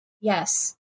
yes